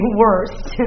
worst